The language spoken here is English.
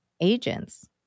agents